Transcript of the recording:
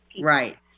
Right